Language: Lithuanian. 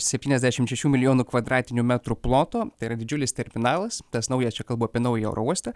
septyniasdešim šešių milijonų kvadratinių metrų ploto tai yra didžiulis terminalas tas naujas čia kalbu apie naująjį oro uostą